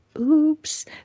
oops